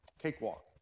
cakewalk